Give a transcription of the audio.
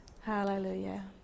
Hallelujah